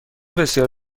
بسیار